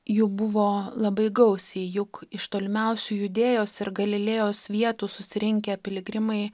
jų buvo labai gausiai juk iš tolimiausių judėjos ir galilėjos vietų susirinkę piligrimai